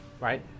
right